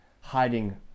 hiding